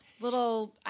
little